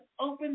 open